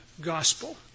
gospel